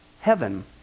Heaven